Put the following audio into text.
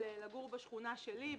לגור בשכונה שלי,